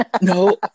No